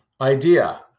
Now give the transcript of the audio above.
idea